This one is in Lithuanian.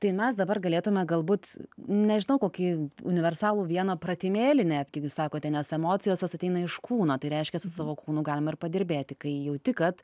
tai mes dabar galėtume galbūt nežinau kokį universalų vieną pratimėlį net kaip jūs sakote nes emocijos jos ateina iš kūno tai reiškia su savo kūnu galima ir padirbėti kai jauti kad